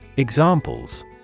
Examples